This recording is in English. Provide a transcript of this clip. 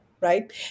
right